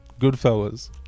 Goodfellas